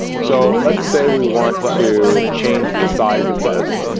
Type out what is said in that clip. so, let's say we want to change the size of this